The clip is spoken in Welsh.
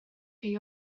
chi